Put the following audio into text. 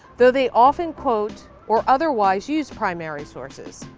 though they often quote or otherwise use primary sources.